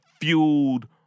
fueled